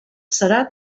serà